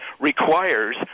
requires